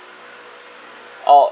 or